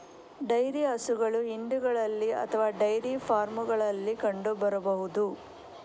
dairy ಹಸುಗಳು ಹಿಂಡುಗಳಲ್ಲಿ ಅಥವಾ ಡೈರಿ ಫಾರ್ಮುಗಳಲ್ಲಿ ಕಂಡು ಬರಬಹುದು